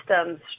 systems